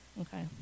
Okay